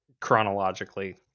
chronologically